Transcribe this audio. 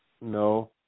No